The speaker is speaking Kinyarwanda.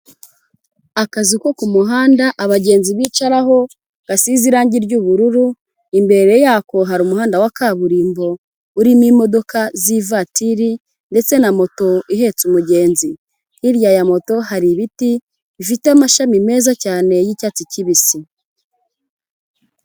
Akazu ko ku muhanda abagenzi bicararaho, gasize irangi ry'ubururu imbere yako hari umuhanda wa kaburimbo urimo imodoka z'ivatiri ndetse na moto ihetse umugenzi. Hirya ya moto hari ibiti bifite amashami meza cyane y'icyatsi kibisi.